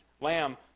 lamb